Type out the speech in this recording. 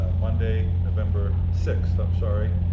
monday, november sixth, i'm sorry,